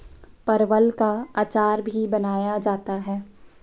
परवल का अचार भी बनाया जाता है